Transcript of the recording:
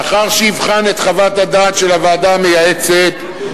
לאחר שיבחן את חוות-הדעת של הוועדה המייעצת,